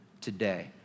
today